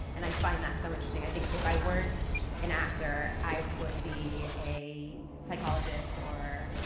and i find that so interesting. i think if i weren't an actor, i would be a psychologist or,